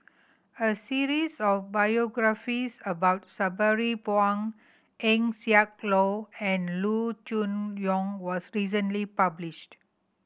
a series of biographies about Sabri Buang Eng Siak Loy and Loo Choon Yong was recently published